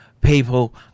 people